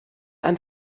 ein